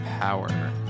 power